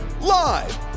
Live